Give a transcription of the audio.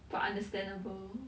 but understandable